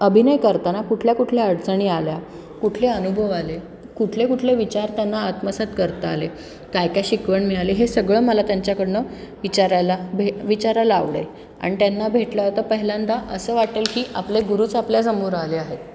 अभिनय करताना कुठल्या कुठल्या अडचणी आल्या कुठले अनुभव आले कुठले कुठले विचार त्यांना आत्मसात करता आले काय काय शिकवण मिळाली हे सगळं मला त्यांच्याकडनं विचारायला भे विचारायला आवडेल आणि त्यांना भेटलं तर पहिल्यांदा असं वाटेल की आपले गुरुच आपल्यासमोर आले आहेत